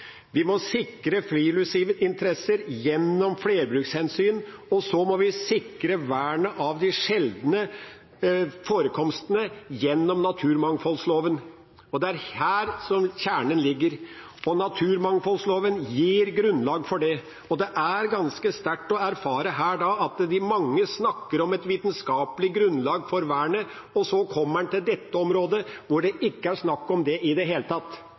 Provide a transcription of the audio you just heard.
Vi må sikre friluftslivets interesser gjennom flerbrukshensyn, og så må vi sikre vernet av de sjeldne forekomstene gjennom naturmangfoldloven. Det er her kjernen ligger. Naturmangfoldloven gir grunnlag for det. Da er det ganske sterkt å erfare at mange snakker om et vitenskapelig grunnlag for vernet, og så kommer en til dette området, hvor det ikke er snakk om det i det hele tatt.